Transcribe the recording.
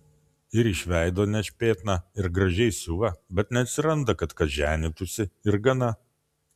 ir iš veido nešpėtna ir gražiai siuva bet neatsiranda kad kas ženytųsi ir gana